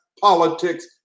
politics